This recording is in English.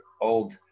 old